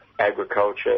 agriculture